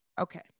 Okay